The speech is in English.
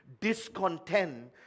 Discontent